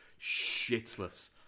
shitless